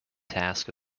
task